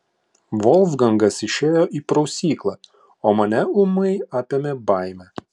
volfgangas išėjo į prausyklą o mane ūmai apėmė baimė